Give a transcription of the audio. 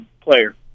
player